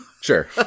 Sure